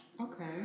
Okay